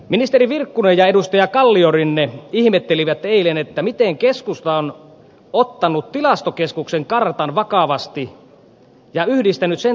ministeri virkkunen ja edustaja kalliorinne ihmettelivät eilen miten keskusta on ottanut tilastokeskuksen kartan vakavasti ja yhdistänyt sen tähän kuntauudistukseen